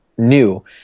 New